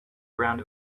brand